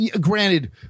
granted